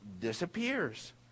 disappears